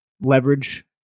leverage